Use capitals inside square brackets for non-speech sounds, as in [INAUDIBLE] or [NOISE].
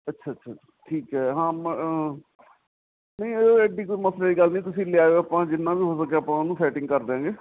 ਅੱਛਾ ਅੱਛਾ ਅੱਛਾ ਠੀਕ ਹੈ [UNINTELLIGIBLE] ਨਹੀਂ ਐਡੀ ਕੋਈ ਮਸਲੇ ਦੀ ਗੱਲ ਨਹੀਂ ਤੁਸੀਂ ਲਿਆਓ ਆਪਾਂ ਜਿੰਨਾ ਵੀ ਹੋ ਸਕਿਆ ਆਪਾਂ ਉਹਨੂੰ ਸੈਟਿੰਗ ਕਰ ਦਿਆਂਗੇ